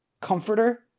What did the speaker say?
comforter